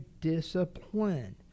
discipline